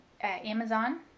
amazon